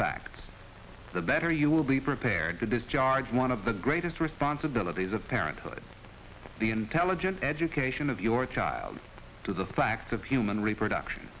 facts the better you will be prepared to discharge one of the greatest responsibilities of parenthood the intelligent education of your child to the fact of human reproduction